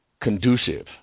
conducive